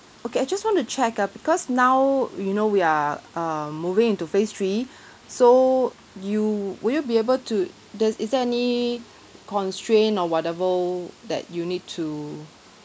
okay I just want to check ah because now you know we are uh moving into phase three so you will you be able to does is there any constraint or whatever that you need to